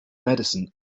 medicine